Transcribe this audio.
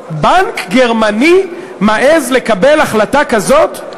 בנק גרמני מעז לקבל החלטה כזאת?